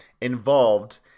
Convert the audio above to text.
involved